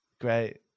Great